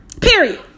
Period